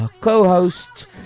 co-host